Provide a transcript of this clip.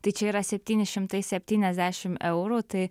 tai čia yra septyni šimtai septyniasdešim eurų tai